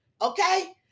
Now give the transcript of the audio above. okay